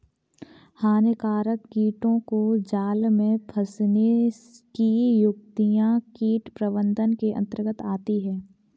हानिकारक कीटों को जाल में फंसने की युक्तियां कीट प्रबंधन के अंतर्गत आती है